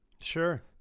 Sure